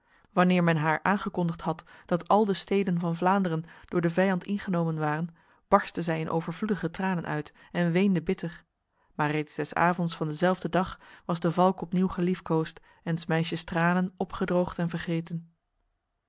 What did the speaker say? wanneer men haar aangekondigd had dat al de steden van vlaanderen door de vijand ingenomen waren barstte zij in overvloedige tranen uit en weende bitter maar reeds des avonds van dezelfde dag was de valk opnieuw geliefkoosd en s meisjes tranen opgedroogd en vergeten